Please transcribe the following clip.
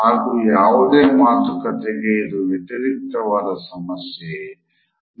ಹಾಗು ಯಾವುದೇ ಮಾತುಕತೆಗೆ ಇದು ವ್ಯತಿರಿಕ್ತವಾದ ಸಮಸ್ಯೆ